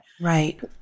Right